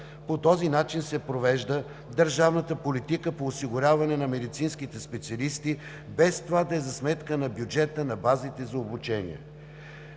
По този начин се провежда държавната политика по осигуряване на медицинските специалисти, без това да е за сметка на бюджета на базите за обучение.